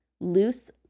Loose